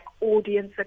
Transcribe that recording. audience